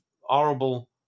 horrible